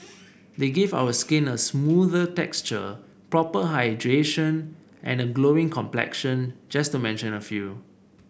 they give our skin a smoother texture proper hydration and a glowing complexion just to mention a few